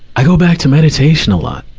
i go back to meditation a lot,